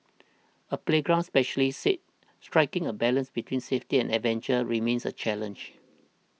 a playground specialist said striking a balance between safety and adventure remains a challenge